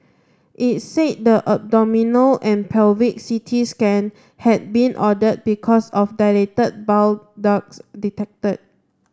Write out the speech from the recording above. it said the abdominal and pelvic C T scan had been ordered because of dilated bile ducts detected